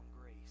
grace